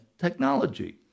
technology